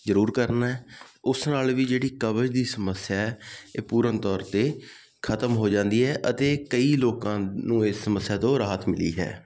ਜ਼ਰੂਰ ਕਰਨਾ ਉਸ ਨਾਲ ਵੀ ਜਿਹੜੀ ਕਬਜ਼ ਦੀ ਸਮੱਸਿਆ ਹੈ ਇਹ ਪੂਰਨ ਤੌਰ 'ਤੇ ਖਤਮ ਹੋ ਜਾਂਦੀ ਹੈ ਅਤੇ ਕਈ ਲੋਕਾਂ ਨੂੰ ਇਸ ਸਮੱਸਿਆ ਤੋਂ ਰਾਹਤ ਮਿਲੀ ਹੈ